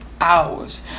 hours